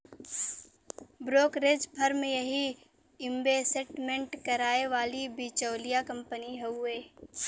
brokerage firm यही investment कराए वाली बिचौलिया कंपनी हउवे